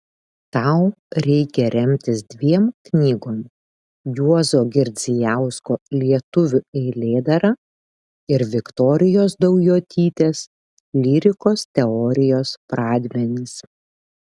tau reikia remtis dviem knygom juozo girdzijausko lietuvių eilėdara ir viktorijos daujotytės lyrikos teorijos pradmenys